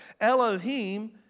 Elohim